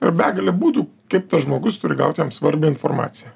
yra begalė būdų kaip tas žmogus turi gauti jam svarbią informaciją